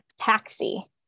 taxi